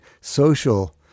social